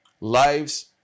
lives